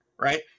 right